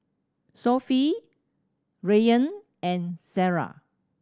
Sofea Rayyan and Sarah